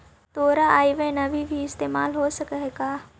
तोरा आई बैन अभी भी इस्तेमाल हो सकऽ हई का?